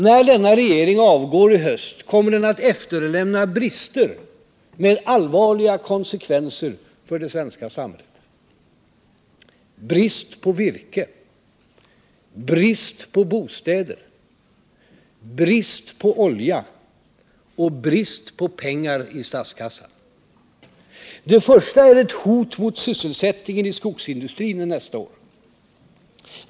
När denna regering avgår i höst kommer den att efterlämna brister med allvarliga konsekvenser för det svenska samhället, nämligen brist på virke, brist på bostäder, brist på olja och brist på pengar i statskassan. Det första är ett hot mot sysselsättningen i skogsindustrin nästa år.